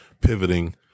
pivoting